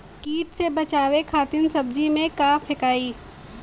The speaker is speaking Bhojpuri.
कीट से बचावे खातिन सब्जी में का फेकाई?